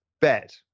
bet